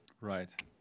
Right